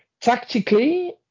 tactically